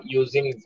using